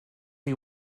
chi